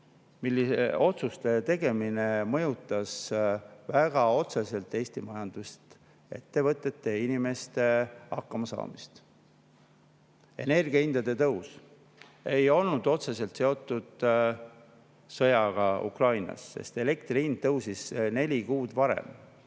mille tegemine on mõjutanud väga otseselt Eesti majandust, ettevõtete ja inimeste hakkamasaamist. Energiahindade tõus ei olnud otseselt seotud sõjaga Ukrainas, sest elektri hind tõusis juba neli kuud varem.